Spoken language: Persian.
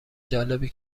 جالبی